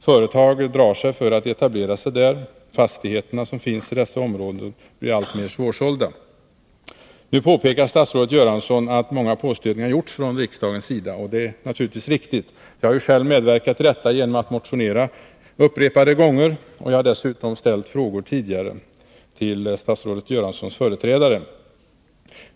Företag drar sig för att etablera sig där, de fastigheter som finns i dessa områden blir alltmer svårsålda. Nu påpekar statsrådet Göransson att riksdagen har gjort många påstötningar. Det är riktigt. Jag har själv medverkat härtill genom att upprepade gånger motionera. Jag har dessutom tidigare ställt frågor till statsrådet Göranssons företrädare.